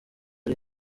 ari